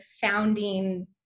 founding